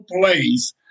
place